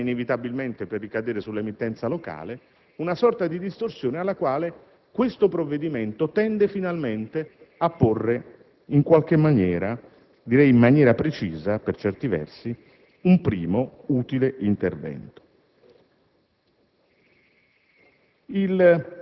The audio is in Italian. una sorta di distorsio, ne che finiva inevitabilmente per ricadere sull'emittenza locale, rispetto alla quale questo provvedimento tende finalmente a porre in essere in qualche maniera - direi in maniera precisa, per certi versi - un primo utile intervento.